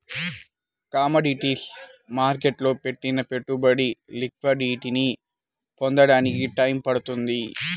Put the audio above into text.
commodities మార్కెట్టులో పెట్టిన పెట్టుబడులు లిక్విడిటీని పొందడానికి టైయ్యం పడుతుంది